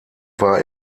war